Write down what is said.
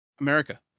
America